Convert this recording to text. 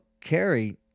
Carrie